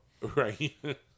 Right